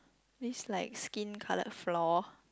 this like skin coloured floor